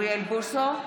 אוריאל בוסו,